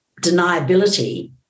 deniability